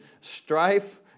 strife